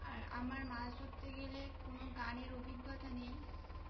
আর আমার মাছ ধত্তে গেলে কোনো গানের অভিজ্ঞতা নেই